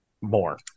more